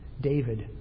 David